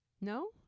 No